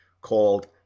called